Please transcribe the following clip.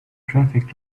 traffic